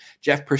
Jeff